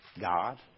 God